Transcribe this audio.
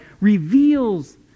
reveals